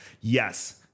Yes